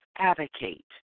Advocate